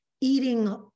eating